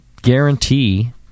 guarantee